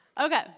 Okay